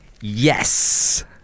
Yes